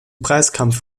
preiskampf